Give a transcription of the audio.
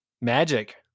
Magic